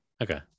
Okay